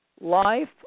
life